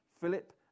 Philip